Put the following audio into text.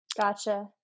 Gotcha